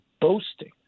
boasting